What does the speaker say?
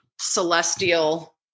celestial